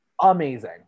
amazing